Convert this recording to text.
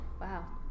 wow